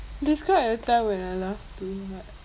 describe a time when I laughed too hard